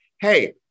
Hey